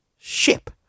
ship